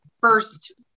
first